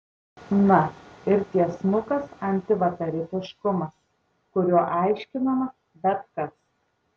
na ir tiesmukas antivakarietiškumas kuriuo aiškinama bet kas